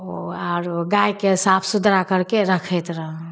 ओ आरो गायके साफ सुथरा करके रखैत रहौ